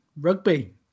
rugby